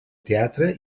teatre